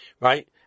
Right